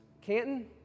Canton